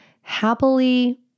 happily